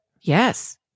Yes